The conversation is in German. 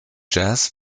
jazz